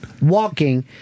Walking